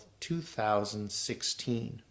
2016